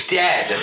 dead